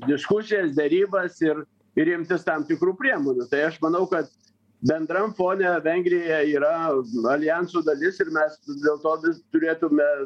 diskusijas derybas ir ir imtis tam tikrų priemonių tai aš manau kad bendram fone vengrija yra aljansų dalis ir mes dėl to vis turėtume